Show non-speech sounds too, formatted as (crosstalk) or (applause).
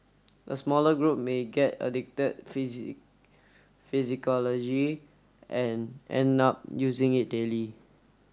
a smaller group may get addicted (unintelligible) and end up using it daily